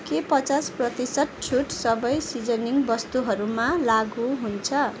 के पचास प्रतिशत छुट सबै सिजनिङ वस्तुहरूमा लागू हुन्छ